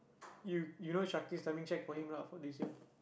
you you know timing check for him lah for this year